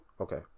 okay